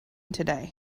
today